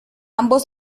ambos